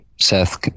Seth